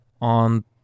on